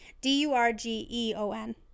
D-U-R-G-E-O-N